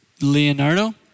Leonardo